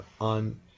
on